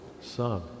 son